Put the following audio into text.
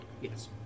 Yes